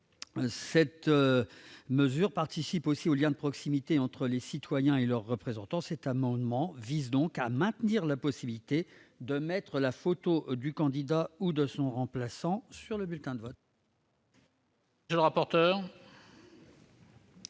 les noms, participe aussi au lien de proximité entre les citoyens et leurs représentants. Cet amendement vise donc à maintenir la possibilité de faire figurer la photo du candidat ou de son remplaçant sur le bulletin de vote. Quel est l'avis de